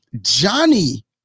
Johnny